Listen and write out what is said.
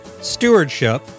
Stewardship